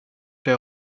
der